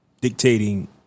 dictating